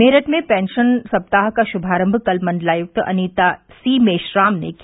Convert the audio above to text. मेरठ में पेंशन सप्ताह का श्रभारम्म कल मंडलायुक्त अनीता सी मेश्राम ने किया